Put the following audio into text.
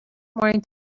morning